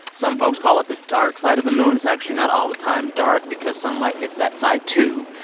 some folks call it the dark side of the moon. it's actually not all the time dark because sunlight hits that side, too.